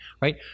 right